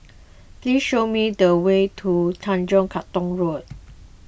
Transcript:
please show me the way to Tanjong Katong Road